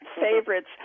favorites